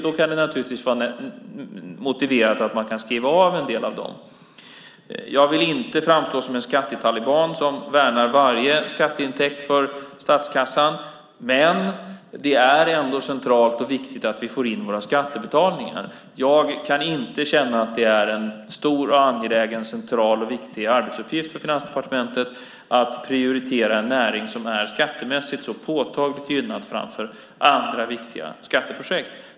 Då kan det naturligtvis vara motiverat att man kan skriva av en del av dem. Jag vill inte framstå som en skattetaliban som värnar varje skatteintäkt för statskassan, men det är ändå centralt och viktigt att vi får in våra skattebetalningar. Jag kan inte känna att det är en stor, angelägen, central och viktig arbetsuppgift för Finansdepartementet att prioritera en näring som är skattemässigt så påtagligt gynnad framför andra viktiga skatteprojekt.